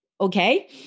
Okay